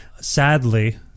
sadly